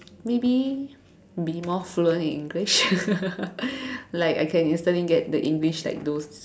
maybe be more fluent in English like I can get those English like those